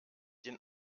den